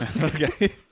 okay